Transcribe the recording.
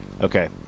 Okay